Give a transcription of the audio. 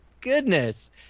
goodness